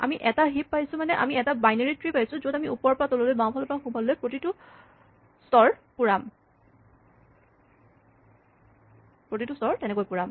আমি এটা হিপ পাইছোঁ মানে আমি এটা বাইনেৰী ট্ৰী পাইছো য'ত আমি ওপৰৰ পৰা তললৈ বাওঁফালৰ পৰা সোঁফাললৈ প্ৰতিটো স্তৰ পুৰাম